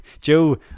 joe